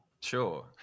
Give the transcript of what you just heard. Sure